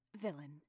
Villain